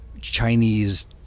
Chinese